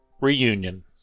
Reunion